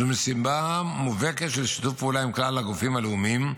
זו משימה מובהקת של שיתוף פעולה עם כלל הגופים הלאומיים,